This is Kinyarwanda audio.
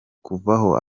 kuvaho